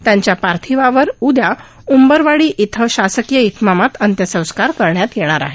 त्यांच्या पार्थिवावर उदया उंबरवाडी इथं शासकीय इतमामामात अंत्यसंस्कार करण्यात येणार आहेत